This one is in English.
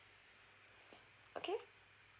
okay